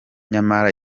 nyamara